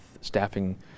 staffing